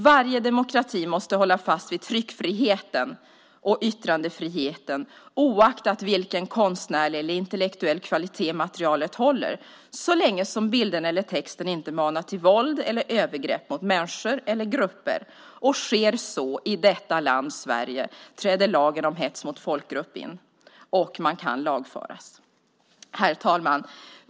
Varje demokrati måste hålla fast vid tryckfriheten och yttrandefriheten oaktat vilken konstnärlig eller intellektuell kvalitet materialet håller så länge som bilderna eller texten inte manar till våld eller till övergrepp mot människor eller grupper. Om så sker i detta land Sverige träder lagen om hets mot folkgrupp in, och man kan lagföras. Herr talman!